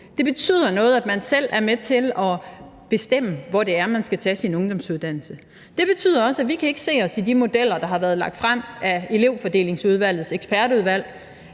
Det betyder noget, at man selv er med til at bestemme, hvor man skal tage sin ungdomsuddannelse. Det betyder også, at vi ikke kan se os selv i de modeller, der er blevet lagt frem af Elevfordelingsudvalgets ekspertudvalg,